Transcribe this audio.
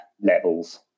levels